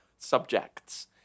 subjects